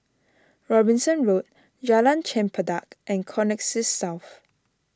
Robinson Road Jalan Chempedak and Connexis South